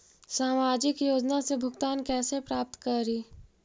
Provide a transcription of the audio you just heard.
सामाजिक योजना से भुगतान कैसे प्राप्त करी?